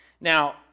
Now